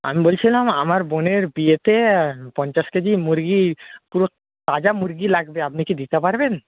আমি বলছিলাম আমার বোনের বিয়েতে পঞ্চাশ কেজি মুরগি পুরো তাজা মুরগি লাগবে আপনি কি দিতে পারবেন